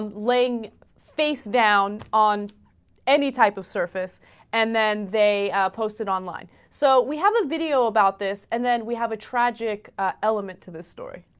laying faces down on any type of surface and then they a outpost in online so we have a video about this and then we have a tragic ah. element to this story